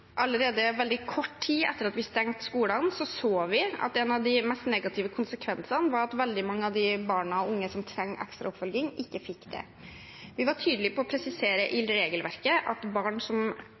Allerede veldig kort tid etter at vi stengte skolene, så vi at en av de mest negative konsekvensene var at veldig mange av de barna og unge som trenger ekstra oppfølging, ikke fikk det. Vi var tydelig på å presisere i regelverket at barn som